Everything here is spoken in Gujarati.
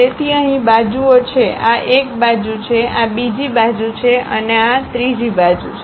તેથી અહીં બાજુઓ છે આ એક બાજુ છે આ બીજી બાજુ છે અને આ બીજી બાજુ છે